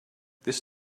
this